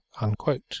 Unquote